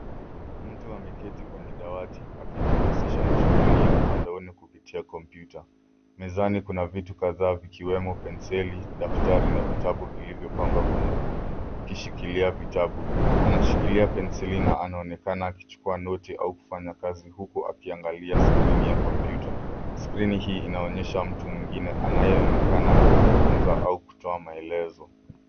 Mtu ameketi kwenye dawati, akijihusisha na shughuli ya mtandaoni kupitia kompyuta. Mezani kuna vitu kadhaa vikiwemo penseli, daftari, na vitabu vilivyopangwa kwenye kishikilia vitabu. Anashikilia penseli na anaonekana akichukua noti au kufanya kazi huku akiangalia skrini ya kompyuta. Skrini hii inaonyesha mtu mwingine anayeonekana akizungumza au kutoa maelezo.